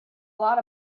lot